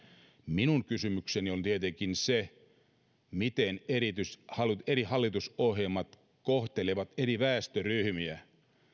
minun kysymykseni on tietenkin miten eri hallitusohjelmat kohtelevat eri väestöryhmiä